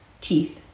teeth